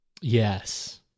yes